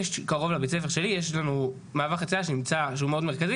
קרוב לבית הספר שלי יש מעבר חציה שהוא מאוד מרכזי